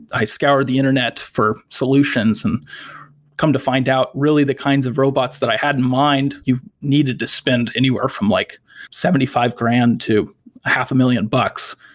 i scoured the internet for solutions and come to find out really the kinds of robots that i had in mind, you needed to spend anywhere from like seventy five grand to half a million bucks.